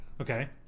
Okay